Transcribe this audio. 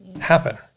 happen